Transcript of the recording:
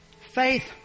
Faith